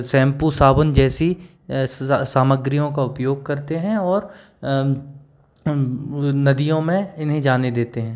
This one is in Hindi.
शैंपू साबुन जैसी सामग्रियों का उपयोग करते हैं और नदियों में इन्हे जाने देते हैं